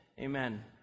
Amen